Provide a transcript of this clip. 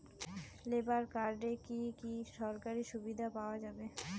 Labour কার্ডে কি কি সরকারি সুবিধা পাওয়া যাবে?